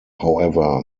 however